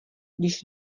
když